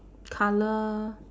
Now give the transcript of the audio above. colour